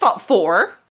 Four